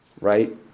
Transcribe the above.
right